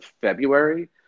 February